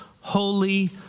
holy